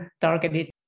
targeted